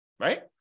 right